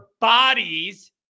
bodies